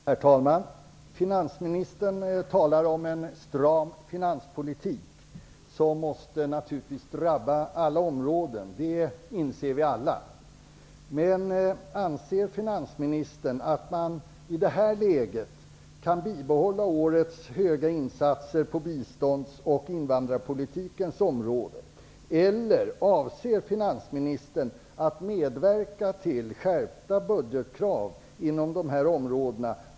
Herr talman! Finansministern talar om en stram finanspolitik, som naturligtvis måste drabba alla områden. Det inser vi alla. Anser finansministern att man i det här läget kan bibehålla årets höga insatser på bistånds och invandrarpolitikens område? Eller avser finansministern att medverka till skärpta budgetkrav på dessa områden?